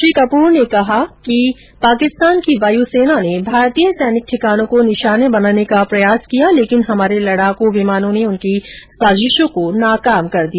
श्री कपूर ने कहा कि पाकिस्तान की वायु सेना ने भारतीय सैनिक ठिकानों को निशाना बनाने का प्रयास किया लेकिन हमारे लड़ाकू विमानों ने उनकी साजिशों को नाकाम कर दिया